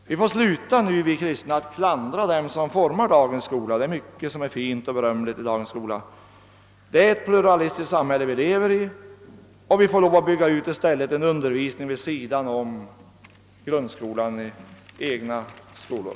Vi kristna får sluta nu att klandra dem som formar dagens skola; det är mycket som är fint och berömligt i dagens skola. Det är ett pluralistiskt samhälle vi lever i. Vi får i stället lov att bygga ut en undervisning vid sidan om grundskolan i egna skolor.